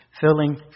Filling